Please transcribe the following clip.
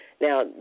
Now